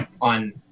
on